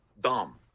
dumb